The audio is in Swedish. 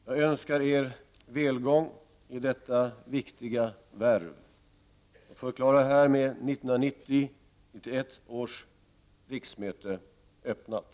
Jag önskar Eder välgång i detta viktiga värv och förklarar härmed 1990/91 års riksmöte öppnat.